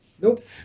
Nope